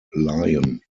lion